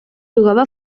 jugava